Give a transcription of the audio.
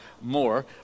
more